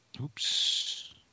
Oops